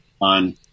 on